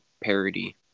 parody